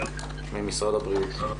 ממשרד הבריאות.